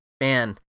Man